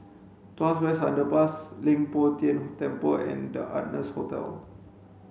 Tuas West Underpass Leng Poh Tian Temple and The Ardennes Hotel